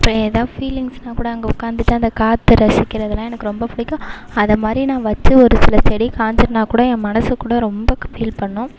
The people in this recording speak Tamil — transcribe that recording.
இப்போ எதுனால் ஃபீலிங்ஸ்னால் கூட அங்கே உட்காந்துட்டு அந்த காற்றை ரசிக்கிறதுனா எனக்கு ரொம்ப பிடிக்கும் அது மாதிரி நான் வச்சு ஒரு சில செடி காஞ்சுருந்தா கூட என் மனசு கூட ரொம்ப ஃபீல் பண்ணும்